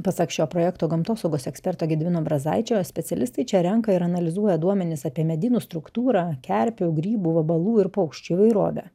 pasak šio projekto gamtosaugos eksperto gedimino brazaičio specialistai čia renka ir analizuoja duomenis apie medynų struktūrą kerpių grybų vabalų ir paukščių įvairovę